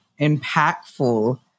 impactful